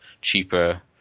cheaper